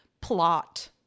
plot